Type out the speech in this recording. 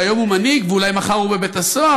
שהיום הוא מנהיג ואולי מחר הוא בבית-הסוהר